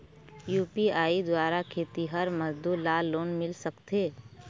UPI द्वारा खेतीहर मजदूर ला लोन मिल सकथे?